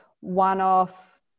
one-off